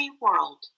world